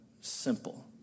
simple